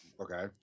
Okay